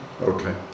Okay